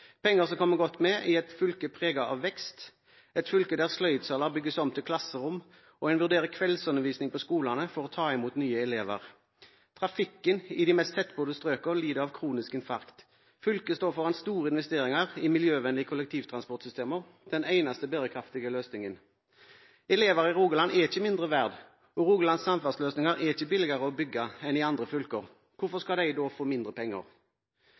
penger som kommer godt med i et fylke preget av vekst, der sløydsaler bygges om til klasserom, og der en vurderer kveldsundervisning på skolene for å ta imot nye elever. Trafikken i de mest tettbebodde strøkene lider av kronisk infarkt. Fylket står foran store investeringer i miljøvennlige kollektivtransportsystemer – den eneste bærekraftige løsningen. Elever i Rogaland er ikke mindre verdt, og Rogalands samferdselsløsninger er ikke billigere å bygge enn i andre fylker. Hvorfor skal de da få mindre penger?